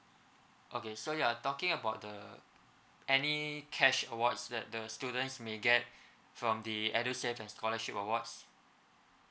okay so you are talking about the any cash awards that the students may get from the edusave and scholarship awards